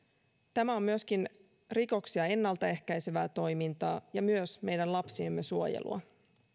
tämä on myöskin rikoksia ennaltaehkäisevää toimintaa ja myös meidän lapsiemme suojelua